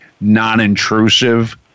non-intrusive